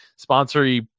sponsory